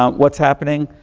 um what's happening?